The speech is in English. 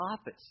office